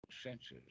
senses